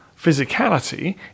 physicality